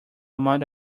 amount